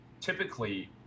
typically